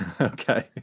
okay